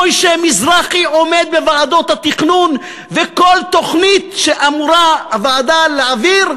מוישה מזרחי עומד בוועדות התכנון וכל תוכנית שאמורה הוועדה להעביר,